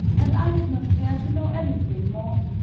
and i did not care to know anything more.